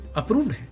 approved